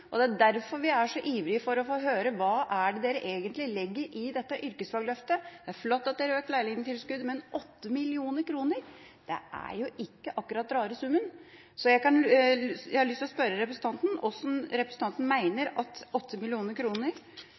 juni i 2013. Derfor er vi så ivrige etter å få høre hva de egentlig legger i dette yrkesfagløftet. Det er flott at de har økt lærlingtilskuddet, men 8 mill. kr er ikke akkurat rare summen. Jeg har lyst til å spørre representanten: Hvordan mener representanten at